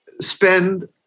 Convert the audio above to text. spend